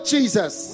Jesus